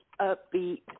upbeat